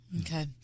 Okay